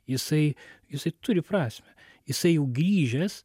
jisai jisai turi prasmę jisai jau grįžęs